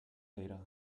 data